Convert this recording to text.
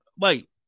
Wait